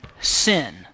sin